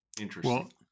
interesting